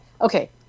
okay